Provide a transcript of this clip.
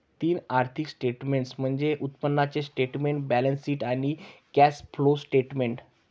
तीन आर्थिक स्टेटमेंट्स म्हणजे उत्पन्नाचे स्टेटमेंट, बॅलन्सशीट आणि कॅश फ्लो स्टेटमेंट